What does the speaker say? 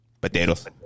Potatoes